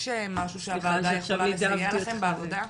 יש משהו שהוועדה יכולה לסייע לכם בעבודה?